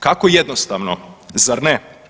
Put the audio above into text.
Kako jednostavno, zar ne?